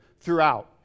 throughout